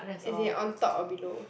as in on top or below